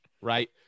Right